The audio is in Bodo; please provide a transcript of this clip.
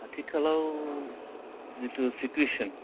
आथिखालाव जिथु सिथुयेसन